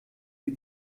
die